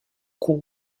cour